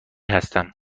هستم